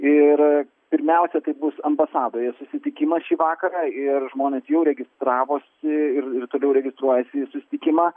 ir pirmiausia tai bus ambasadoje susitikimas šį vakarą ir žmonės jau registravosi ir ir toliau registruojasi į susitikimą